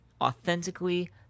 authentically